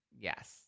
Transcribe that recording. Yes